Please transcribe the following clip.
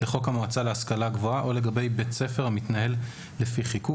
המועצה להשכלה גבוהה או לגבי בית ספר המתנהל לפי חיקוק,